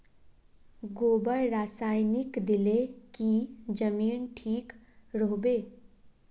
गोबर रासायनिक दिले की जमीन ठिक रोहबे?